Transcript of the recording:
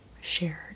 shared